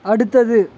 அடுத்தது